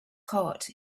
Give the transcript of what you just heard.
heart